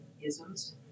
isms